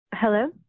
Hello